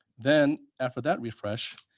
then after that refresh,